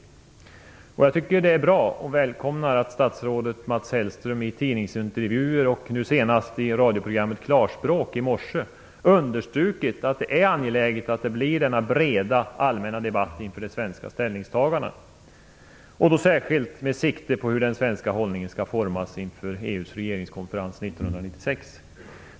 Jag tycker att det är bra och välkomnar att statsrådet Mats Hellström i tidningsintervjuer och nu senast i radioprogrammet Klarspråk i morse understrukit att det är angeläget att det blir denna breda allmänna debatt inför de svenska ställningstagandena och då särskilt med sikte på hur den svenska hållningen skall formas inför EU:s regeringskonferens 1996.